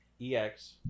e-x